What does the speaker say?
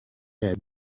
had